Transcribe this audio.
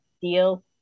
deal –